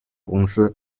公司